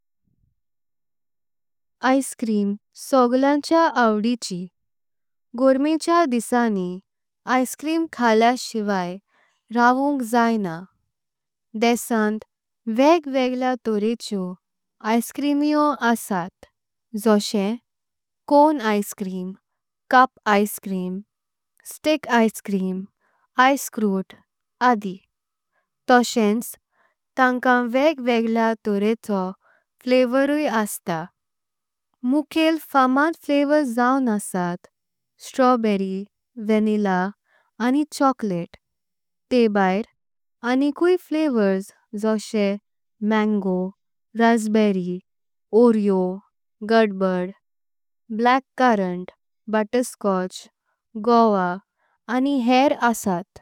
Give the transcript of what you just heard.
Ice cream सगळ्यांच्या आवडीची गोरमेच्या दिवसंनी। आइस क्रीम खाल्ल्या शिवाय रहवंच जाऊना देशांत। वेग वेगळ्या तोरेच्यो आइसक्रीम यो आसत जशे। Cone ice cream, cup ice cream, stick ice cream. आइसक्रूट आदि तसंच तांकां वेग वेगळ्या तोरेचो। फ्लेवर ई असता मुखेल फामद फ्लेवर्स जाऊन आसत। स्ट्रॉबेरी, वॅनिला आणि चॉकलेट ते बहार आणिकुई। फ्लेवर्स जशे मॅंगो, रास्पबेरी, ओरियो, गडबड। ब्लॅक करंट, बटरस्कॉच, गावा आणि हेर आसत।